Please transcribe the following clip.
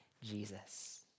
Jesus